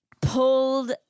pulled